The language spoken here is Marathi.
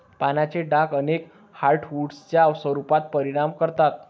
पानांचे डाग अनेक हार्डवुड्सच्या स्वरूपावर परिणाम करतात